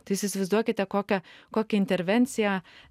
tai jūs įsivaizduokite kokio kokia intervencija